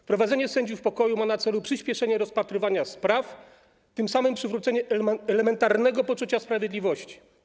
Wprowadzenie sędziów pokoju ma na celu przyspieszenie rozpatrywania spraw, tym samym przywrócenie elementarnego poczucia sprawiedliwości.